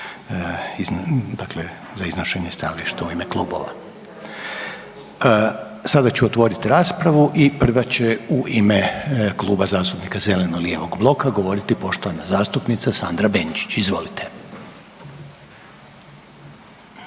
dakle za iznošenje stajališta u ime klubova. Sada ću otvoriti raspravu i prva će u ime Kluba zastupnika zeleno-lijevog bloka govoriti poštovana zastupnica Sandra Benčić, izvolite.